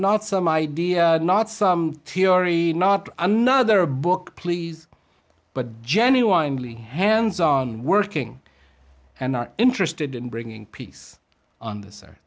not some idea not some theory not another book please but genuinely hands on working and not interested in bringing peace on this